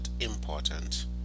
important